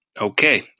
Okay